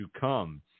come